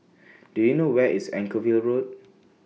Do YOU know Where IS Anchorvale Road